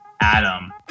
Adam